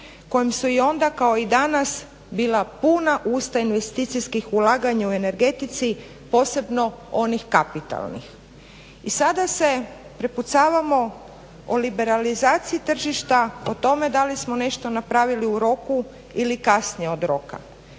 kojem su i onda kao i danas bila puna usta investicijskih ulaganja u energetici, posebno onih kapitalnih. I sada se prepucavamo o liberalizaciji tržišta, o tome da li smo nešto napravili u roku ili kasnije od roka.